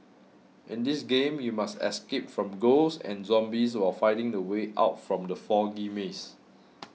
in this game you must escape from ghosts and zombies while finding the way out from the foggy maze